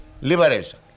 liberation